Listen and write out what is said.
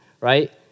right